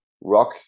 rock